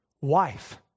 wife